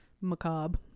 macabre